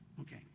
Okay